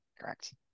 correct